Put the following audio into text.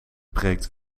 breekt